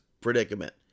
predicament